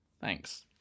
thanks